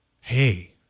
hey